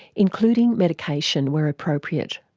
including medication where appropriate.